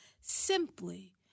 simply